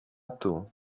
του